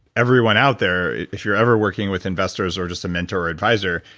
everyone out there, if you're every working with investors or just a mentor or adviser,